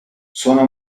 sono